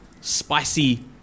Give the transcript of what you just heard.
spicy